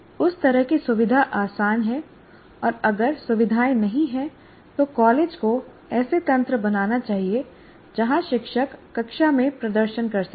उस तरह की सुविधा आसान है और अगर सुविधाएं नहीं हैं तो कॉलेज को ऐसे तंत्र बनाना चाहिए जहां शिक्षक कक्षा में प्रदर्शन कर सकें